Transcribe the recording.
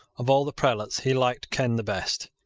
of all the prelates he liked ken the best.